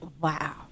Wow